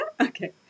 Okay